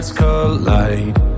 collide